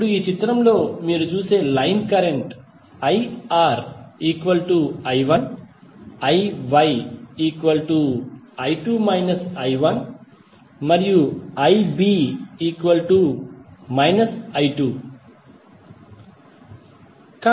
ఇప్పుడు ఈ చిత్రంలో మీరు చూసే line current IR I1 IY I2 − I1 మరియు IB −I2